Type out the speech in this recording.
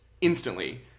instantly